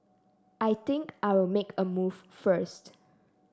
I think I'll make a move first